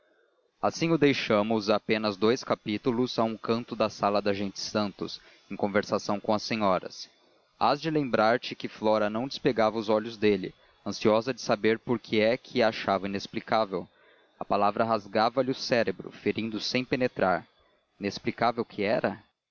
assim o deixamos há apenas dous capítulos a um canto da sala da gente santos em conversação com as senhoras hás de lembrar-te que flora não despegava os olhos dele ansiosa de saber por que é que a achava inexplicável a palavra rasgava lhe o cérebro ferindo sem penetrar inexplicável que era